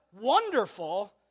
wonderful